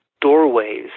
doorways